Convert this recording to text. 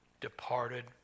departed